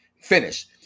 finish